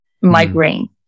migraine